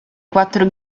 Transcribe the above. quattro